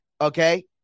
Okay